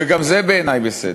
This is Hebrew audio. וגם זה בעיני בסדר.